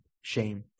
shame